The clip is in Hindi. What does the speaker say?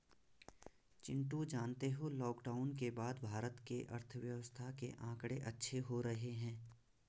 चिंटू जानते हो लॉकडाउन के बाद भारत के अर्थव्यवस्था के आंकड़े अच्छे हो रहे हैं